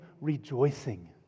rejoicing